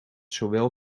zowel